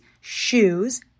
shoes